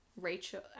Rachel